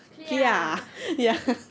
KLIA